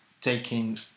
taking